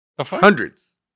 Hundreds